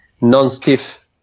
non-stiff